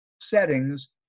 settings